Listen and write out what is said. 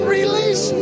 release